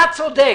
אתה צודק.